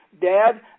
Dad